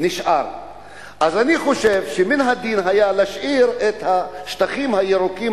אז אני חושב שמן הדין היה להשאיר את השטחים הירוקים